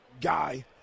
guy